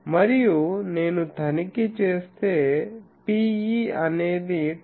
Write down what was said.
మరియు నేను తనిఖీ చేస్తే Pe అనేది 10